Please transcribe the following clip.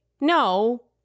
No